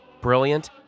brilliant